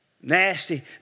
Nasty